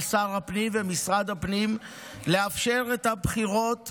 שר הפנים ומשרד הפנים לאפשר את הבחירות